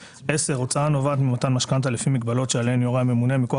(10) הוצאה הנובעת ממתן משכנתה לפי מגבלות שעליהן יורה הממונה מכוח